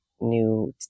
new